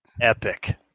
epic